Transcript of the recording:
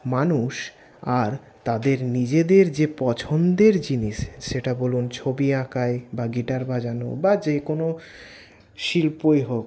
মানুষ আর তাদের নিজেদের যে পছন্দের জিনিস সেটা বলুন ছবি আঁকায় বা গিটার বাজানো বা যেকোনো শিল্পই হোক